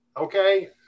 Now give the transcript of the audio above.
Okay